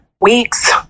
weeks